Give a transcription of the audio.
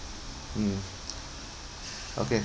mm okay